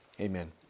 Amen